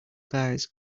guys